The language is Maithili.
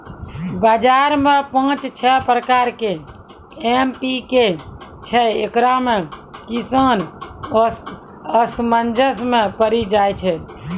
बाजार मे पाँच छह प्रकार के एम.पी.के छैय, इकरो मे किसान असमंजस मे पड़ी जाय छैय?